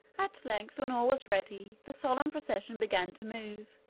at length, when all was ready, the solemn procession began to move,